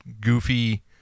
goofy